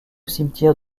cimetière